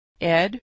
Ed